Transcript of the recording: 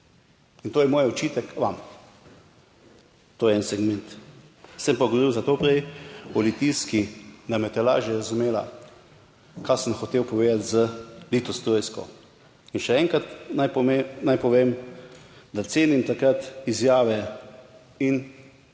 In to je moj očitek vam. To je en segment. Sem pa govoril za to prej v Litijski, da me je lažje razumela kaj sem hotel povedati z Litostrojsko. In še enkrat naj povem, da cenim takrat izjave in